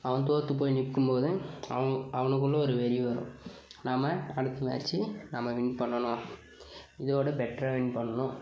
அவன் தோற்றுப் போய் நிற்கும்போது அவன் அவனுக்குள்ளே ஒரு வெறி வரும் நாம அடுத்த மேட்சி நம்ம வின் பண்ணனும் இதை விட பெட்ராக வின் பண்ணனும்